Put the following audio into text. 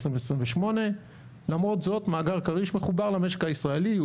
2028. למרות זאת מאגר כריש מחובר למשק הישראלי.